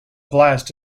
blast